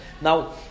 Now